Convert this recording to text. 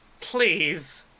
please